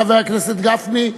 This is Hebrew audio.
חבר הכנסת גפני,